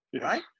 Right